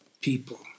people